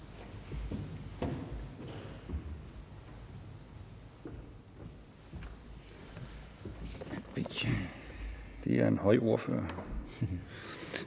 det er en høj ordfører,